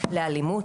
לאלימות,